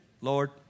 Lord